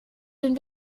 den